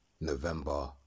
November